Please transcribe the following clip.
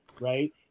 right